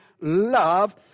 love